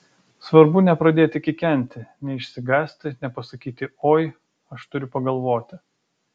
svarbu nepradėti kikenti neišsigąsti nepasakyti oi aš turiu pagalvoti